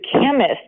chemist